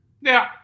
Now